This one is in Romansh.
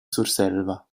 surselva